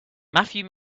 matthew